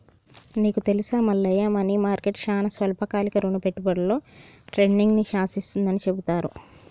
నీకు తెలుసా Mallayya money market చానా స్వల్పకాలిక రుణ పెట్టుబడులలో ట్రేడింగ్ను శాసిస్తుందని చెబుతారు